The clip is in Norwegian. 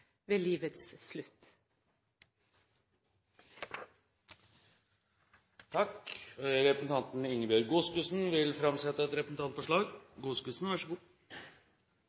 ved livets slutt. Representanten Ingebjørg Godskesen vil framsette et representantforslag.